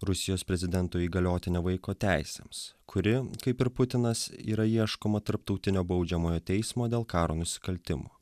rusijos prezidento įgaliotinio vaiko teisėms kuri kaip ir putinas yra ieškoma tarptautinio baudžiamojo teismo dėl karo nusikaltimų